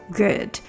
good